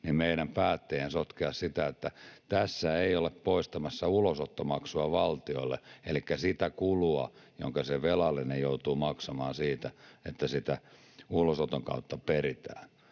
niin kuin kihlakunnanvouti sotki, että tässä oltaisiin poistamassa ulosottomaksua valtiolle elikkä sitä kulua, jonka se velallinen joutuu maksamaan siitä, että sitä ulosoton kautta peritään.